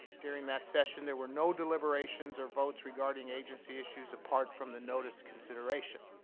during that session, there were no deliberations or votes regarding agency issues apart from the notice consideration.